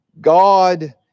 God